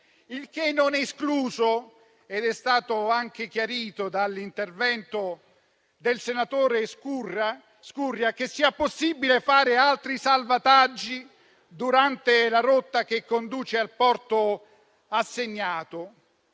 il che non esclude - com'è stato anche chiarito dall'intervento del senatore Scurria - che sia possibile fare altri salvataggi durante la rotta che conduce al porto assegnato.